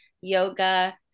Yoga